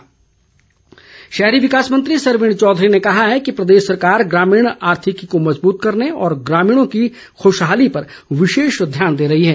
सरवीण शहरी विकास मंत्री सरवीण चौधरी ने कहा है कि प्रदेश सरकार ग्रामीण आर्थिकी को मजबूत करने और ग्रामीणों की खुशहाली पर विशेष ध्यान दे रही है